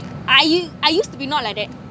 I u- I used to be not like that